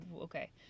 okay